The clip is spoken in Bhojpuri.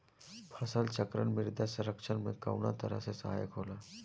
फसल चक्रण मृदा संरक्षण में कउना तरह से सहायक होला?